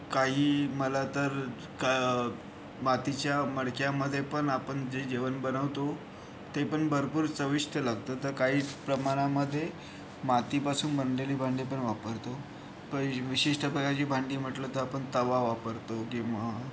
काही मला तर का मातीच्या मडक्यामध्ये पण आपण जे जेवण बनवतो ते पण भरपूर चविष्ट लागतं तर काही प्रमाणामध्ये मातीपासून बनलेली भांडे पण वापरतो प विशिष्ट प्रकारची भांडी म्हटलं तर आपण तवा वापरतो किंवा